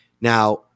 now